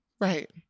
Right